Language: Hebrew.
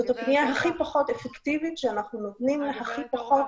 זו הפניה הכי פחות אפקטיבית שאנחנו נותנים לה הכי פחות